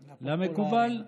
למקובל.